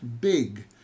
big